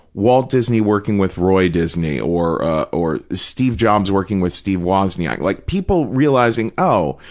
walt disney working with roy disney or ah or steve jobs working with steve wozniak, like people realizing, oh,